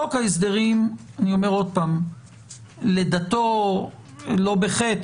חוק ההסדרים לידתו לא בחטא,